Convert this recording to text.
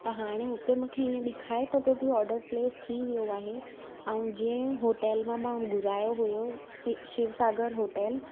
त हाणे हुते मूंखे इअं ॾेखारे थो पियो की ऑडर प्लेस थी वियो आहे ऐं जंहिं होटल मां मां घुरायो हुयो सु शिवसागर होटल